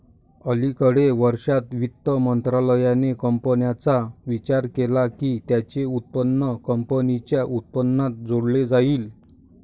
अलिकडे वर्षांत, वित्त मंत्रालयाने कंपन्यांचा विचार केला की त्यांचे उत्पन्न कंपनीच्या उत्पन्नात जोडले जाईल